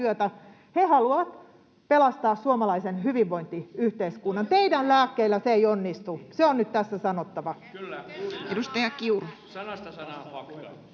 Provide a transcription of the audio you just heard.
He haluavat pelastaa suomalaisen hyvinvointiyhteiskunnan. Teidän lääkkeillänne se ei onnistu. Se on nyt tässä sanottava. [Mauri Peltokangas: